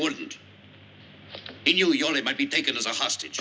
wouldn't you he only might be taken as a hostage